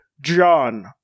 John